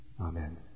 Amen